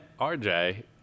RJ